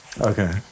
Okay